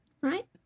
Right